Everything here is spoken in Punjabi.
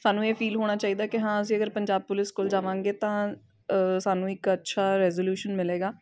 ਸਾਨੂੰ ਇਹ ਫੀਲ ਹੋਣਾ ਚਾਹੀਦਾ ਕਿ ਹਾਂ ਅਸੀਂ ਅਗਰ ਪੰਜਾਬ ਪੁਲਿਸ ਕੋਲ ਜਾਵਂਗੇ ਤਾਂ ਸਾਨੂੰ ਇੱਕ ਅੱਛਾ ਰੈਜੋਲਿਊਸ਼ਨ ਮਿਲੇਗਾ